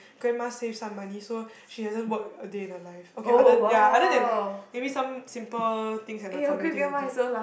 grandma saved some money so she hasn't worked a day in her life okay other ya other than like maybe some simple things at her community centre